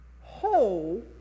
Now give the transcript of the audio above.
whole